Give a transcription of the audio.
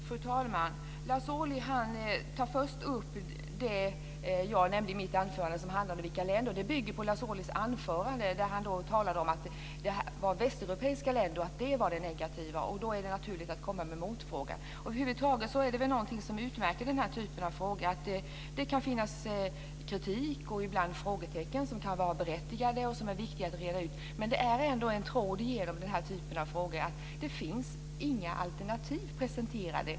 Fru talman! Lars Ohly tar först upp det som jag nämnde i mitt anförande om vilka länder det handlar om. Det bygger på Lars Ohlys anförande där han talade om att det var västeuropeiska länder och att det var det negativa. Då är det naturligt att komma med en motfråga. Över huvud taget är det något som utmärker den här typen av frågor, att det kan finnas kritik och ibland frågetecken som kan vara berättigade och som är viktiga att reda ut. Men det går ändå en tråd genom denna typ av frågor, att det inte finns några alternativ presenterade.